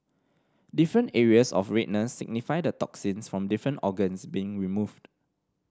different areas of redness signify the toxins from different organs being removed